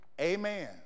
Amen